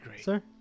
sir